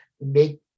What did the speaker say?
make